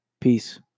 Peace